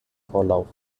vorlauf